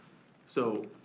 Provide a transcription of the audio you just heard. so